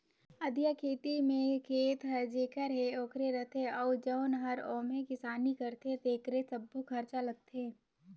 अधिया खेती में खेत हर जेखर हे ओखरे रथे अउ जउन हर ओम्हे किसानी करथे तेकरे सब्बो खरचा लगथे